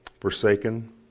Forsaken